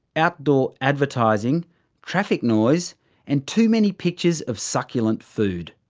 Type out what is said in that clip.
outdoor advertising traffic noise and too many pictures of succulent food.